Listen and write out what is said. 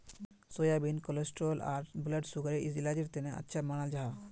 soybean cholesterol आर blood सुगरर इलाजेर तने अच्छा मानाल जाहा